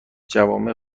جوامع